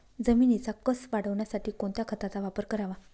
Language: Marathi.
जमिनीचा कसं वाढवण्यासाठी कोणत्या खताचा वापर करावा?